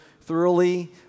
thoroughly